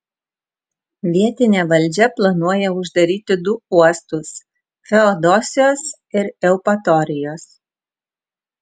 vietinė valdžia planuoja uždaryti du uostus feodosijos ir eupatorijos